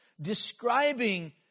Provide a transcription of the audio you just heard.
describing